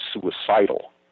suicidal